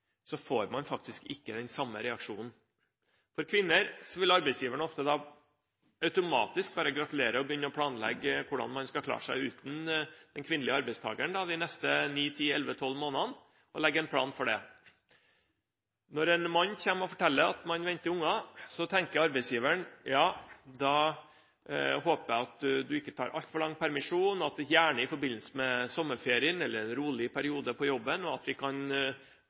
får man faktisk ikke den samme reaksjonen. For kvinner vil arbeidsgiveren ofte automatisk bare gratulere og begynne å planlegge hvordan man skal klare seg uten den kvinnelige arbeidstakeren de neste ni, ti, elleve, tolv månedene – legge en plan for det. Når en mann kommer og forteller at man venter barn, tenker arbeidsgiveren: Da håper jeg at du ikke tar altfor lang permisjon, og gjerne tar den i forbindelse med sommerferien eller rolige perioder på jobben, slik at vi kan